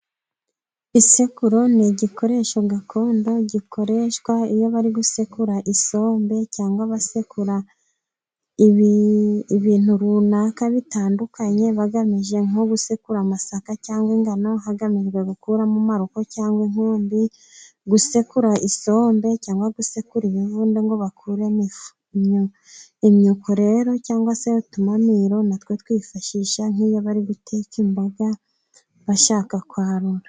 Isekururo ni igikoresho gakondo, gikoreshwa iyo bari gusekura isombe, cyangwa basekura ibintu runaka bitandukanye, bagamije nko gusekura amasaka cyangwa ingano, hagamijwe gukuramo amaroko cyangwa inkumbi, gusekura isombe cyangwa gusekura ibivunde ngo bakuremo ifu. Imyuko rero cyangwa se utumamiro natwo twifashishwa nk'iyo bari guteka imboga bashaka kwarura.